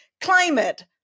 climate